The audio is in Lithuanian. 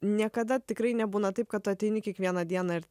niekada tikrai nebūna taip kad tu ateini kiekvieną dieną ir